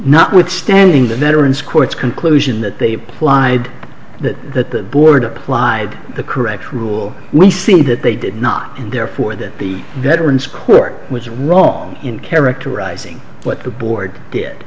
notwithstanding the veterans court's conclusion that they lied that the board applied the correct rule we see that they did not and therefore that the veterans court was wrong in characterizing what the board did